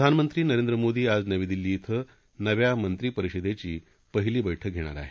प्रधानमंत्री नरेंद्र मोदी आज नवी दिल्ली बें नव्या मंत्री परिषदेची पहिली बैठक घेणार आहेत